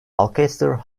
alcester